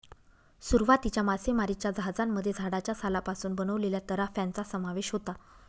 सुरुवातीच्या मासेमारीच्या जहाजांमध्ये झाडाच्या सालापासून बनवलेल्या तराफ्यांचा समावेश होता